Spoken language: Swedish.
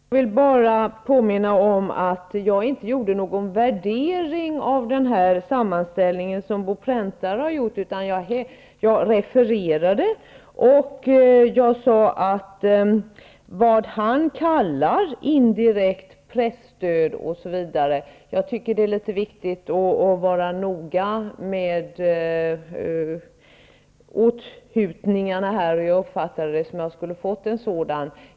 Herr talman! Jag vill påminna om, Birger Hagård, att jag inte gjorde någon värdering av den sammanställning som Bo Präntare har gjort, utan jag refererade till den och nämnde vad han kallar indirekt presstöd. Jag anser att det är viktigt att vara noga med åthutningarna här, och jag uppfattade det som om jag skulle ha fått en sådan.